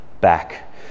back